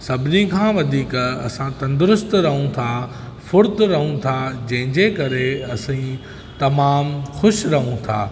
सभिनी खां वधीक असां तंदरुस्तु रहूं था फ़ुर्त रहूं था जंहिंजे करे असी तमामु ख़ुशि रहूं था